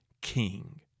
king